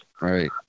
Right